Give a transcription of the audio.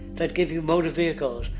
that give you motor vehicles.